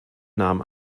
nahm